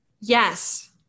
Yes